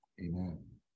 Amen